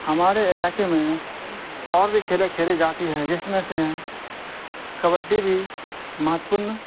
ہمارے علاقے میں اور بھی کھیلیں کھیلی جاتی ہیں جس میں سے کبڈی بھی مہتوپورن